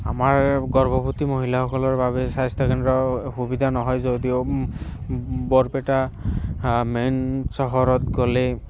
আমাৰ গৰ্ভৱতী মহিলাসকলৰ বাবে স্বাস্থ্য কেন্দ্ৰৰ সুবিধা নহয় যদিও বৰপেটা মেইন চহৰত গ'লে